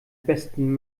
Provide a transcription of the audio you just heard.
besten